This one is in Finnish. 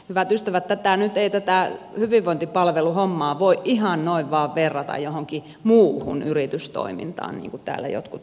hyvät ystävät nyt ei tätä hyvinvointipalveluhommaa voi ihan noin vain verrata johonkin muuhun yritystoimintaan niin kuin täällä jotkut edustajat ovat tehneet